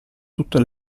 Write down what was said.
tutte